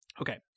Okay